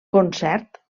concert